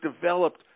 developed